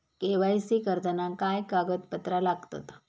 KYC करताना काय कागदपत्रा लागतत?